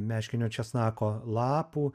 meškinio česnako lapų